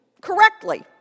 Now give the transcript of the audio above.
correctly